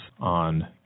on